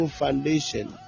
foundation